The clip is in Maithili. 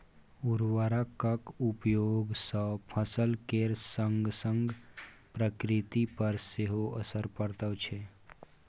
उर्वरकक उपयोग सँ फसल केर संगसंग प्रकृति पर सेहो असर पड़ैत छै